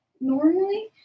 normally